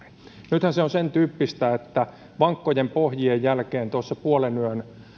nythän se on sentyyppistä että vankkojen pohjien jälkeen tuossa puolenyön